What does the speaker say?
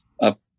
up